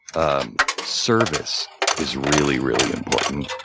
um service is really, really important.